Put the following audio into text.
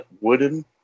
wooden